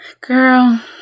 girl